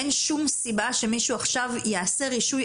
אין שום סיבה שמישהו עכשיו יעשה רישוי